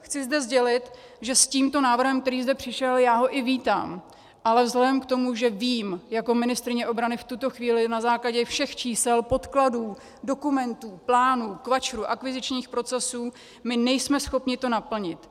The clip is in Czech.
Chci zde sdělit, že s tímto návrhem, který zde přišel, já ho i vítám, ale vzhledem k tomu, že vím jako ministryně obrany v tuto chvíli na základě všech čísel, podkladů, dokumentů, plánů, KVAČRu, akvizičních procesů my nejsme schopni to naplnit.